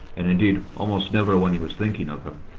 and indeed almost never when he was thinking of her,